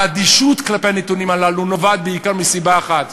האדישות כלפי הנתונים הללו נובעת בעיקר מסיבה אחת,